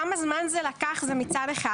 כמה זמן זה לקח זה מצד אחד,